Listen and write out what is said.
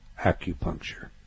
acupuncture